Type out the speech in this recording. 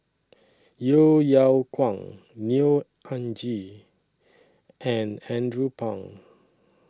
Yeo Yeow Kwang Neo Anngee and Andrew Phang